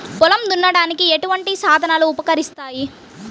పొలం దున్నడానికి ఎటువంటి సాధనలు ఉపకరిస్తాయి?